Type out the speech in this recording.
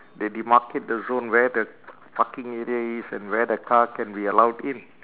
they demarcate the zone where the parking area is and where the car can be allowed in